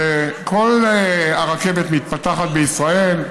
כל הרכבת מתפתחת בישראל,